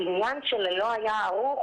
העניין של הלא היה ערוך,